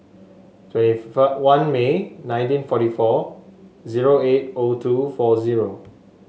twenty one May nineteen forty four zero eight O two four zero